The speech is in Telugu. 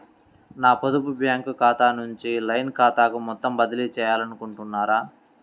నా పొదుపు బ్యాంకు ఖాతా నుంచి లైన్ ఖాతాకు మొత్తం బదిలీ చేయాలనుకుంటున్నారా?